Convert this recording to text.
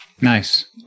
Nice